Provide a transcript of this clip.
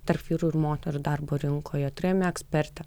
tarp vyrų ir moterų darbo rinkoje turėjome ekspertę